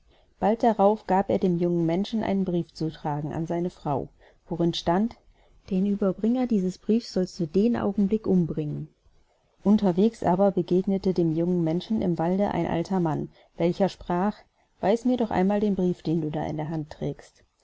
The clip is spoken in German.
bald darauf gab er dem jungen menschen einen brief zu tragen an seine frau worin stand den ueberbringer dieses briefs sollst du den augenblick umbringen unterwegs aber begegnete dem jungen menschen im walde ein alter mann welcher sprach weis mir doch einmal den brief den du da in der hand trägst